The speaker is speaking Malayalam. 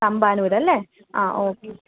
തമ്പാനൂർ അല്ലേ ആ ഓക്കെ